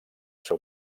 seu